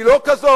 היא לא כזאת,